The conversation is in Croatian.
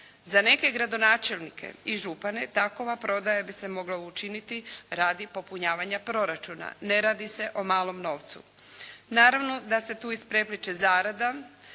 Za neke gradonačelnike i župane takova prodaja bi se mogla učiniti radi popunjavanja proračuna. Ne radi se o malom novcu. Naravno da se tu isprepliće zarada,